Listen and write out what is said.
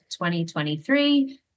2023